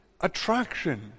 attraction